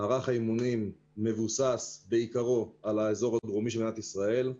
מערך האימונים מבוסס בעיקרו על האזור הדרומי של מדינת ישראל,